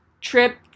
Trip